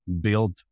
build